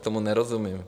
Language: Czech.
Tomu nerozumím.